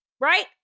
right